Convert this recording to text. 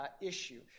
Issue